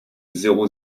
zéro